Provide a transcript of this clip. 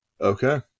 Okay